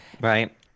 right